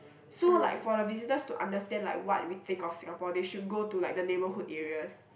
so like for the visitors to understand like what we think of Singapore they should go to like the neighbourhood areas